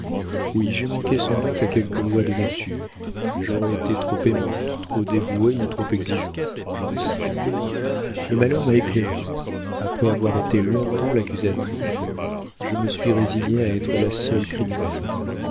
oui j'ai manqué sans doute à quelque loi de nature j'aurai été trop aimante trop dévouée ou trop exigeante je ne sais le malheur m'a éclairée après avoir été longtemps l'accusatrice je me suis résignée à être la seule criminelle